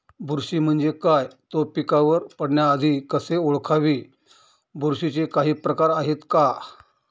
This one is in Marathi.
बुरशी म्हणजे काय? तो पिकावर पडण्याआधी कसे ओळखावे? बुरशीचे काही प्रकार आहेत का?